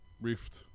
Rift